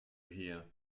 here